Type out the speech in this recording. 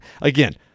again-